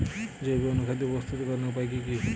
জৈব অনুখাদ্য প্রস্তুতিকরনের উপায় কী কী?